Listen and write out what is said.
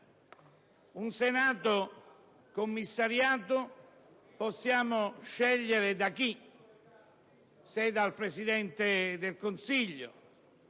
Un Senato commissariato possiamo scegliere da chi: se dal Presidente del Consiglio,